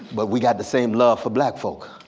but we got the same love for black folk.